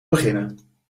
beginnen